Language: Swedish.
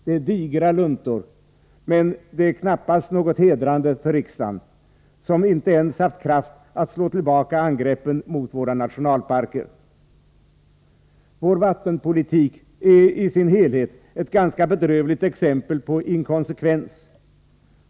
Det är digra luntor, men de är knappast något hedrande för riksdagen, som inte ens haft kraft att slå tillbaka angreppen mot våra nationalparker. Vår vattenpolitik är i sin helhet ett ganska bedrövligt exempel på inkonsekvens.